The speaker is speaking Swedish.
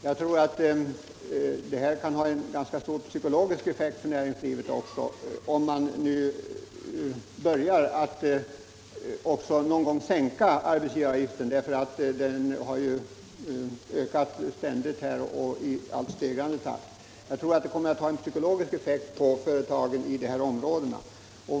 Jag tror att det kan ha stor psykologisk effekt på näringslivet, om man också någon gång sänker arbetsgivaravgiften; den har ökat ständigt och i stegrande takt. Jag tror alltså att en sänkning skulle ha gynnsam effekt på företagen i stödområdet.